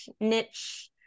niche